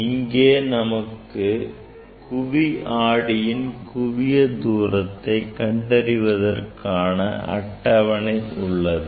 இங்கே நமக்கு குவி ஆடியின் குவியத்தூரத்தை கண்டறிவதற்கான அட்டவணை உள்ளது